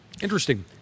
Interesting